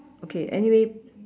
okay anyway